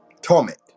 Torment